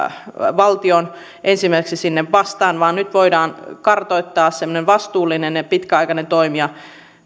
valtion ottaa ensimmäiseksi sinne vastaan vaan nyt voidaan kartoittaa semmoinen vastuullinen ja pitkäaikainen toimija